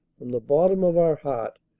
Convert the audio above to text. from the bottom of our heart,